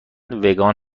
وگان